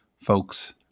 folks